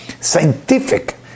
scientific